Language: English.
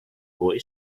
boy